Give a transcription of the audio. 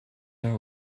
our